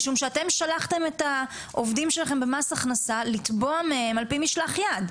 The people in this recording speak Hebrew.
משום שאתם שלחתם את העובדים שלכם במס הכנסה לתבוע מהם על פי משלח יד.